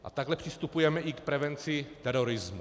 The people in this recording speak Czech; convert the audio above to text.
A takhle přistupujeme i k prevenci terorismu.